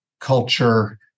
culture